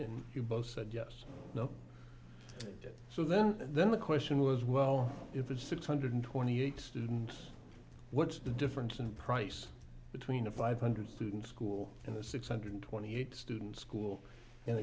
school you both said yes no so then then the question was well if it's six hundred twenty eight students what's the difference in price between a five hundred students school and the six hundred twenty eight students school